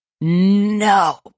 No